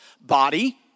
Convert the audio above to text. body